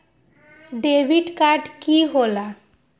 Debit card की होला?